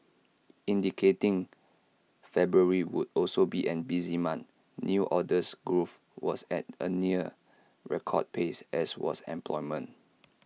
indicating February would also be an busy month new orders growth was at A near record pace as was employment